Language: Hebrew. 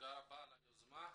תודה על היוזמה.